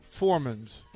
Foremans